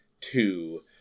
two